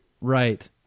Right